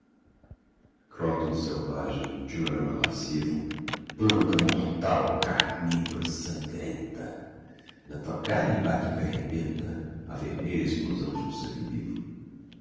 cróton selvagem tinhorão lascivo planta mortal carnívora sangrenta da tua carne báquica rebenta a vermelha explosão de um sangue vivo